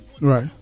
right